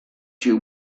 you